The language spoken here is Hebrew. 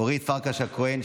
אורית פרקש הכהן,